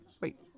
Wait